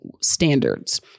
standards